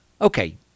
Okay